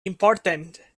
important